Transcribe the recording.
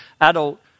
adult